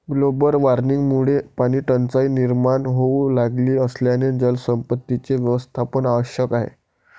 global वॉर्मिंगमुळे पाणीटंचाई निर्माण होऊ लागली असल्याने जलसंपत्तीचे व्यवस्थापन आवश्यक आहे